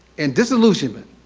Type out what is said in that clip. and disillusionment,